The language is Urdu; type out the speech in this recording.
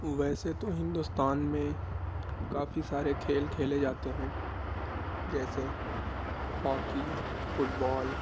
ویسے تو ہندوستان میں کافی سارے کھیل کھیلے جاتے ہیں جیسے ہاکی فٹ بال